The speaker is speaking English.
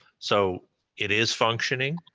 so it is functioning,